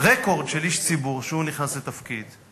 רקורד של איש ציבור שהוא נכנס לתפקיד,